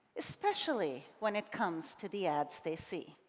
especially when it comes to the ads they see.